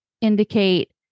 indicate